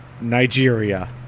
Nigeria